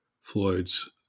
Floyd's